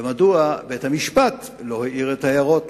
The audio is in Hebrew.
ומדוע בית-המשפט לא העיר את ההערות?